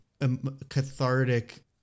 cathartic